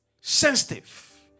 sensitive